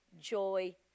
joy